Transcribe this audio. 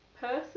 person